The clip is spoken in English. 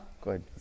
good